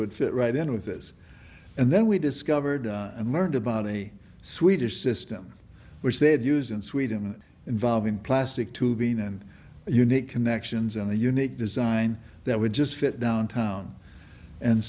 would fit right in with this and then we discovered and learned about any swedish system which they had used in sweden involving plastic tubing and unique connections and a unique design that would just fit downtown and